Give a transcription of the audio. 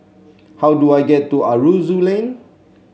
how do I get to Aroozoo Lane